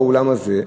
באולם הזה,